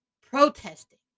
protesting